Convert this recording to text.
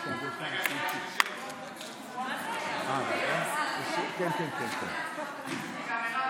בהצלחה.